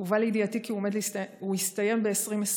הובא לידיעתי שהוא יסתיים ב-2020,